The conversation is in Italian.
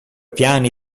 piani